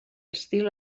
estil